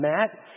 Matt